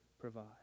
provide